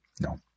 no